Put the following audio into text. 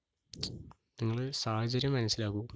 നിങ്ങള് സാഹചര്യം മനസിലാക്കൂ